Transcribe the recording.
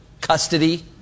custody